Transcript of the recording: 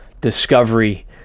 discovery